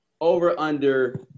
Over-under